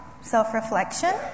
self-reflection